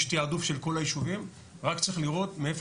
יש תיעדוף של כל הישובים רק צריך לראות מאיפה